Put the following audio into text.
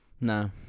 No